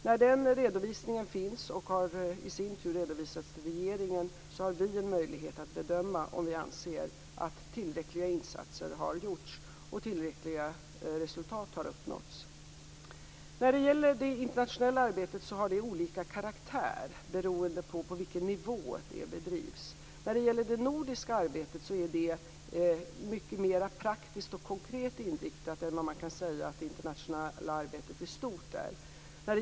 När den redovisningen finns och i sin tur har rapporterats till regeringen har vi en möjlighet att bedöma om tillräckliga insatser har gjorts och om tillfredsställande resultat har uppnåtts. Det internationella arbetet har olika karaktär beroende av på vilken nivå det bedrivs. Det nordiska arbetet är mycket mera praktiskt och konkret inriktat än vad man kan säga att det internationella arbetet i stort är.